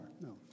No